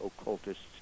occultists